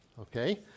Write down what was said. Okay